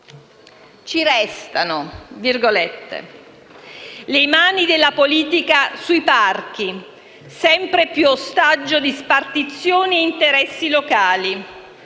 Ci restano «le mani della politica sui parchi, sempre più ostaggio di spartizioni e interessi locali,